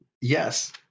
yes